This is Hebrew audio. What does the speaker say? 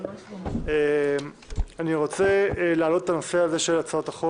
2. הצעת חוק